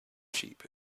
sheep